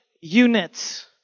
units